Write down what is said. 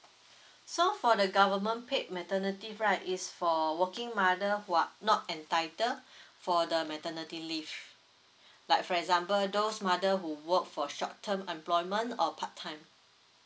so for the government paid maternity leave right is for a working mother who are not entitled for the maternity leave like for example those mother who work for short term employment or part time